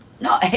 No